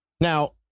Now